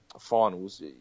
finals